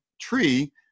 tree